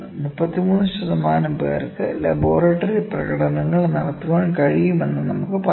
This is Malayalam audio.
33 ശതമാനം പേർക്ക് ലബോറട്ടറി പ്രകടനങ്ങൾ നടത്താൻ കഴിയുമെന്ന് നമുക്ക് പറയാം